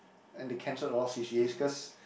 and they cancelled a lot of c_c_as cause